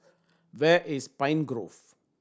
where is Pine Grove